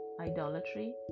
idolatry